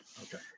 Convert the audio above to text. okay